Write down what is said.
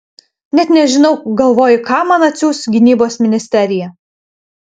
net nežinau galvoju ką man atsiųs gynybos ministerija